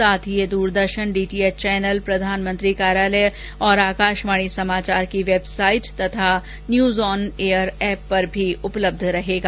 साथ ही ये द्रदर्शन डीटीऍच चैनल प्रधानमंत्री कार्यालय और आकाशवाणी समाचार की वेबसाइट और न्यूज़ ऑन एयर एप पर भी उपलब्ध रहेगा